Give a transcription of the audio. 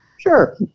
Sure